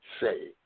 say